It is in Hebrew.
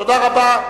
תודה רבה.